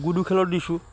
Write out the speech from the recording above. গুডু খেলত দিছোঁ